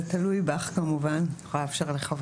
בעצם לימודי יהדות בבתי הספר